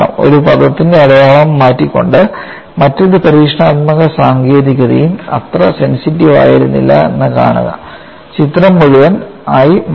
ഒരു പദത്തിന്റെ അടയാളം മാറ്റിക്കൊണ്ട് മറ്റൊരു പരീക്ഷണാത്മക സാങ്കേതികതയും അത്ര സെൻസിറ്റീവ് ആയിരുന്നില്ലെന്ന് കാണുക ചിത്രം മുഴുവൻ ആയി മാറി